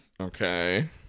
okay